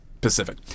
Pacific